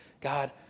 God